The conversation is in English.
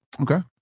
Okay